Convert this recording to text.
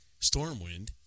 Stormwind